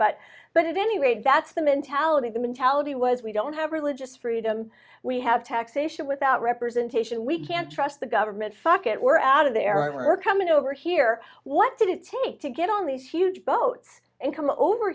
but but it anyway that's the mentality the mentality was we don't have religious freedom we have taxation without representation we can't trust the government fuck it we're out of there and we're coming over here what did it take to get on these huge boats and come over